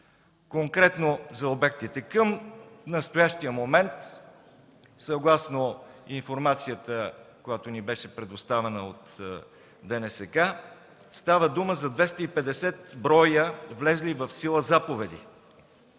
Конкретно за обектите. Към настоящия момент съгласно информацията, която ни беше предоставена от ДНСК, става дума за 250 броя влезли в сила заповеди.